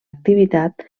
activitat